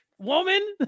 woman